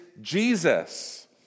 Jesus